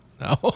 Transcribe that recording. No